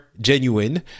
genuine